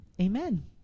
amen